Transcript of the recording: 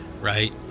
right